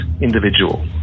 individual